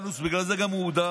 בגלל זה הוא גם הודח,